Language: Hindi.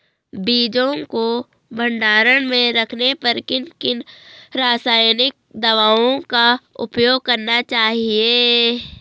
बीजों को भंडारण में रखने पर किन किन रासायनिक दावों का उपयोग करना चाहिए?